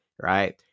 right